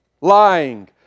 lying